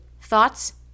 thoughts